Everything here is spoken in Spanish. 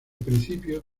principio